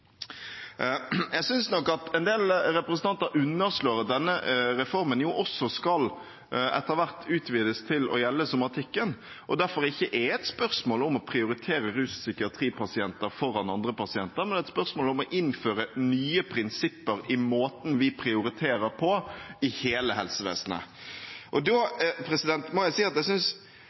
Jeg synes nok at en del representanter underslår at denne reformen etter hvert skal utvides til også å gjelde somatikken, og at det derfor ikke er et spørsmål om å prioritere rus- og psykiatripasienter foran andre pasienter, men et spørsmål om å innføre nye prinsipper i måten vi prioriterer på i hele helsevesenet. Da må jeg si at jeg synes